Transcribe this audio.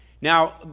Now